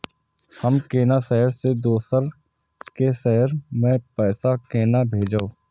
हम केना शहर से दोसर के शहर मैं पैसा केना भेजव?